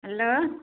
hello